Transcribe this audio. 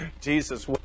Jesus